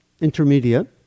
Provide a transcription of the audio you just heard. intermediate